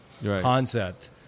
concept